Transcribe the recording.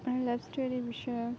ᱚᱱᱮ ᱞᱟᱵᱷ ᱥᱴᱳᱨᱤ ᱵᱤᱥᱚᱭᱚᱠ